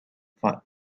for